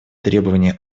требование